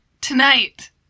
Tonight